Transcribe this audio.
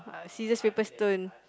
scissors paper stone